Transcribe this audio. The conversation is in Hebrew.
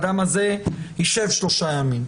האדם הזה יישב שלושה ימים.